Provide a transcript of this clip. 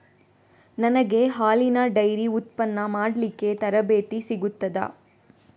ನನಗೆ ಹಾಲಿನ ಡೈರಿ ಉತ್ಪನ್ನ ಮಾಡಲಿಕ್ಕೆ ತರಬೇತಿ ಸಿಗುತ್ತದಾ?